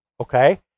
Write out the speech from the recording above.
okay